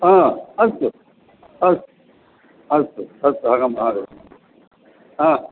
ह अस्तु अस्तु अस्तु अस्तु अहम् आगच्छामि